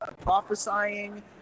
prophesying